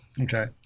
Okay